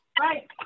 Right